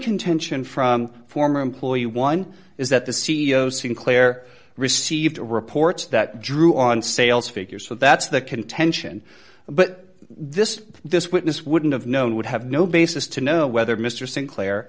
contention from former employee one is that the c e o sinclair received a report that drew on sales figures so that's the contention but this this witness wouldn't of known would have no basis to know whether mr sinclair